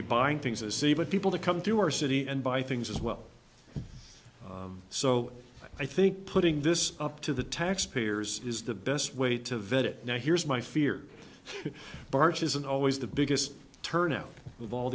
be buying things as even people to come to our city and buy things as well so i think putting this up to the taxpayers is the best way to vet it now here's my fear bartsch isn't always the biggest turnout of all